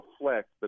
reflect